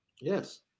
Yes